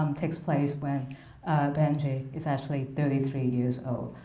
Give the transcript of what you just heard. um takes place when benjy is actually thirty three years old.